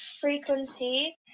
frequency